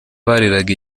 bariranga